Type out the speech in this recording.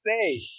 say